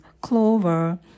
clover